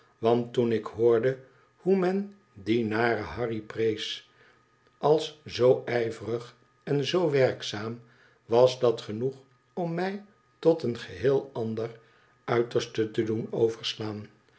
want toen ik hoorde hoe men dien naren harry prees als zoo ijverig en zoo werkzaam was dat genoeg om mij tot een geheel ander uiterste te doen overslaan